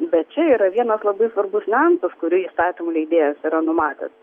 bet čia yra vienas labai svarbus niuansas kurį įstatymų leidėjas yra numatęs